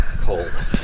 cold